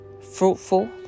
fruitful